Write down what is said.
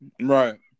Right